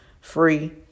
free